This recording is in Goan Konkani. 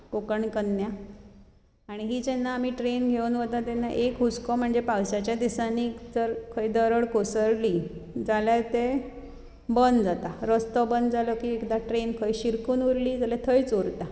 कोंकण कन्या आनी ही जेन्ना आमी ट्रॅन घेवन वतात तेन्ना एक हुस्को म्हणचे पावसाच्या दिसांनी जर खंयसर दरड कोसळ्ळी जाल्यार ते बंद जाता रस्तो बंद जालो की एकदा ट्रॅन खंय शिरकून उरली जाल्यार थंयच उरता